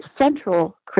Central